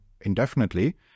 indefinitely